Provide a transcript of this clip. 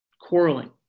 quarreling